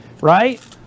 right